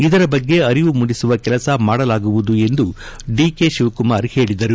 ಇದರ ಬಗ್ಗೆ ಅರಿವು ಮೂಡಿಸುವ ಕೆಲಸ ಮಾಡಲಾಗುವುದು ಎಂದು ಡಿಕೆ ಶಿವಕುಮಾರ್ ಹೇಳಿದರು